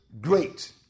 great